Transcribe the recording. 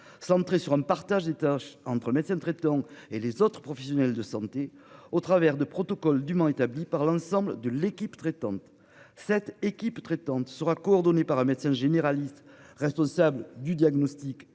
centrés sur un partage des tâches entre médecin traitant et les autres professionnels de santé, au travers de protocole du établie par l'ensemble de l'équipe traitante cette équipe traitante sera coordonnée par un médecin généraliste, responsable du diagnostic et de